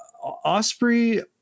Osprey